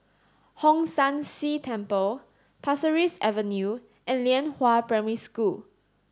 Hong San See Temple Pasir Ris Avenue and Lianhua Primary School